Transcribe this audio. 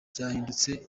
byahindutse